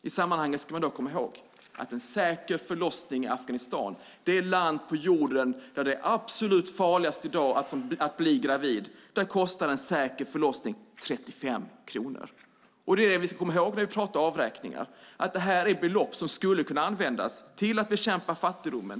I sammanhanget ska man komma ihåg att en säker förlossning i Afghanistan - det är det land på jorden där det i dag är absolut farligast att bli gravid - kostar 35 kronor. När vi pratar om avräkningar ska vi komma ihåg att det här är belopp som skulle kunna användas till att bekämpa fattigdomen.